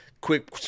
Quick